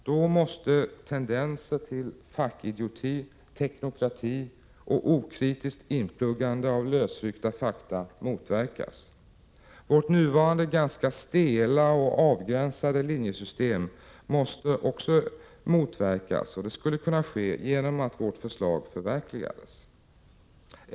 Då måste tendenser till fackidioti, teknokrati och okritiskt inpluggande av lösryckta fakta motverkas. Vårt nuvarande ganska stela och avgränsade linjesystem måste motverkas, och det skulle kunna ske genom att vårt förslag förverkligades.